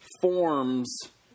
forms